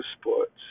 sports